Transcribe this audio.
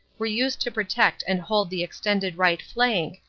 were used to protect and hold the extended right flank,